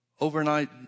overnight